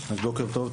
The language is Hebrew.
בוקר טוב,